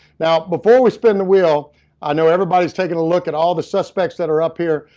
now, before we spin the wheel i know everybody's taking a look at all the suspects that are up here.